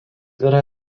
yra